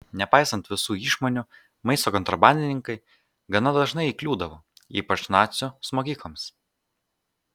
nepaisant visų išmonių maisto kontrabandininkai gana dažnai įkliūdavo ypač nacių smogikams